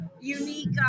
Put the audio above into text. unique